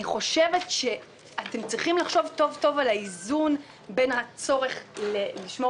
אני חושבת שאתם צריכים לחשוב טוב-טוב על האיזון בין הצורך לשמור